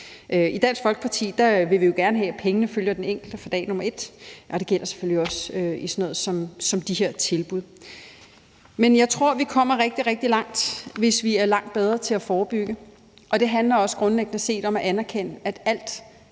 I Dansk Folkeparti vil vi jo gerne have, at pengene følger den enkelte fra dag et, og det gælder selvfølgelig også sådan noget som de her tilbud. Men jeg tror, vi kommer rigtig, rigtig langt, hvis vi er langt bedre til at forebygge. Og det handler også grundlæggende om at anerkende, at al